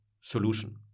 solution